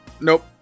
Nope